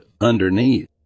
underneath